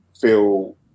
feel